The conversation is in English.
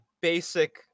basic